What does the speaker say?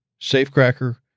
safecracker